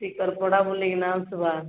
ଟିକରପଡ଼ା ବୁଲିକିନା ଆଶବା